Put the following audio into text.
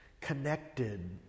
connected